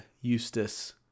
Eustace